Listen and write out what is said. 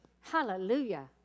Hallelujah